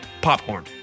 Popcorn